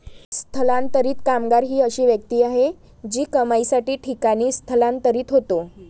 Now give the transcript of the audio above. स्थलांतरित कामगार ही अशी व्यक्ती आहे जी कमाईसाठी ठिकाणी स्थलांतरित होते